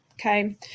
Okay